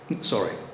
Sorry